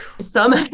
some-